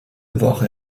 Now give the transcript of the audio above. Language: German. woche